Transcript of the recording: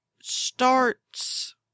starts